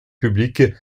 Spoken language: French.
public